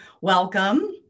welcome